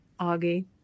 Augie